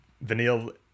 Vanille